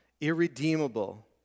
irredeemable